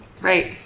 Right